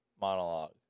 monologue